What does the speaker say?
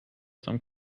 some